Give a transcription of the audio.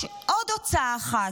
יש עוד הוצאה אחת.